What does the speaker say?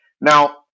Now